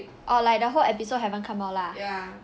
oh like the whole episode haven't come out lah